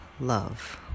love